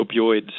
opioids